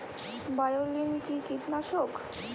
বায়োলিন কি কীটনাশক?